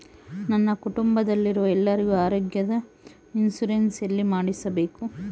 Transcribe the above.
ನನ್ನ ಕುಟುಂಬದಲ್ಲಿರುವ ಎಲ್ಲರಿಗೂ ಆರೋಗ್ಯದ ಇನ್ಶೂರೆನ್ಸ್ ಎಲ್ಲಿ ಮಾಡಿಸಬೇಕು?